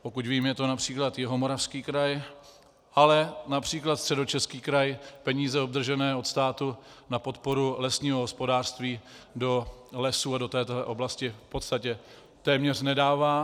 Pokud vím, je to např. Jihomoravský kraj, ale např. Středočeský kraj peníze obdržené od státu na podporu lesního hospodářství do lesů a do této oblasti v podstatě téměř nedává.